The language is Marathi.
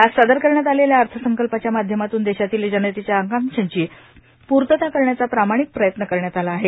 आज सादर करण्यात आलेल्या अर्थसंकल्पाच्या माध्यमातून देशातील जनतेच्या आकांक्षांची पूर्तता करण्याचा प्रामाणिक प्रयत्न करण्यात आला आहे